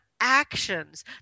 actions